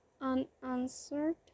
unanswered